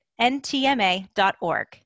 ntma.org